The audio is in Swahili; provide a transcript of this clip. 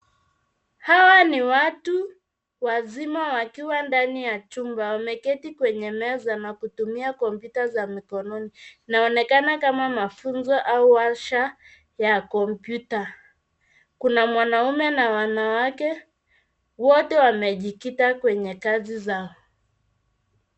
Hawa ni watu wazima wakiwa ndani ya chumba. Wameketi kwenye meza na kutumia kompyuta za mikononi na onekana kama mafunzo au warsha ya kompyuta. Kuna mwanaume na wanawake wote wamejikita kwenye kazi zao.